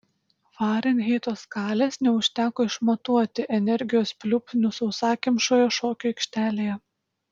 farenheito skalės neužteko išmatuoti energijos pliūpsnių sausakimšoje šokių aikštelėje